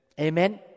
Amen